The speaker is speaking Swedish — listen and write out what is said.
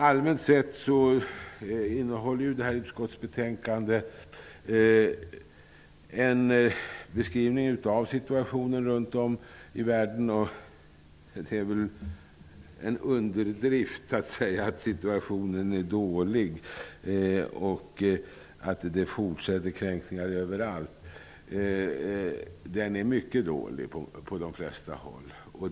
Allmänt sett innehåller utskottsbetänkandet en beskrivning av situationen runt om i världen. Det är en underdrift att säga att situationen är dålig och att kränkningar fortsätter att äga rum överallt. Situationen är mycket dålig på de flesta håll.